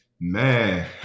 Man